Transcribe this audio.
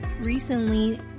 recently